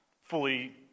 fully